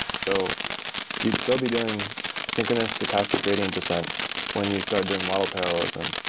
so you'd still be doing synchronous stochastic gradient descent when you start doing model parallelism.